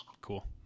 Cool